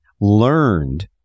learned